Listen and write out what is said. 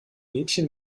mädchen